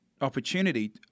opportunity